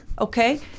Okay